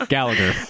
Gallagher